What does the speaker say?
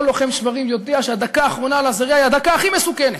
כל לוחם שוורים יודע שהדקה האחרונה על הזירה היא הדקה הכי מסוכנת.